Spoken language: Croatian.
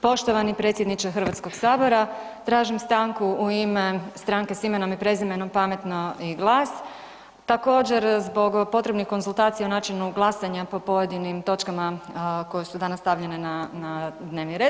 Poštovani predsjedniče Hrvatskog sabora, tražim stanku u ime Stranke s imenom i prezimenom, Pametno i GLAS, također zbog potrebnih konzultacija o načinu glasanja po pojedinim točkama koje su danas stavljene na, na dnevni red.